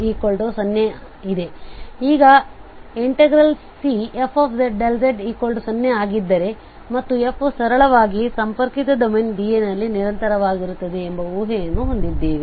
ಈಗ Cfzdz0 ಆಗಿದ್ದರೆ ಮತ್ತು f ಸರಳವಾಗಿ ಸಂಪರ್ಕಿತ ಡೊಮೇನ್ D ಯಲ್ಲಿ ನಿರಂತರವಾಗಿರುತ್ತದೆ ಎಂಬ ಊಹೆಯನ್ನು ಹೊಂದಿದ್ದೇವೆ